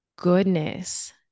goodness